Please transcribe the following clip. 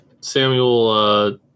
Samuel